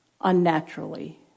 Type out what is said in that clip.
unnaturally